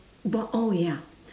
bought all ya